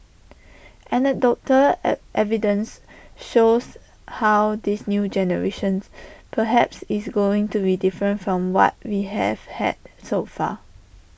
anecdotal envy evidence shows how this new generations perhaps is going to be different from what we have had so far